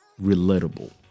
relatable